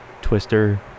Twister